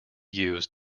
use